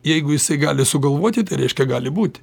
jeigu jisai gali sugalvoti tai reiškia gali būti